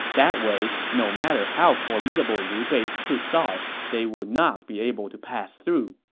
that way, no matter how formidable liu bei's troops are, they would not be able to pass through.